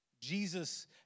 Jesus